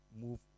move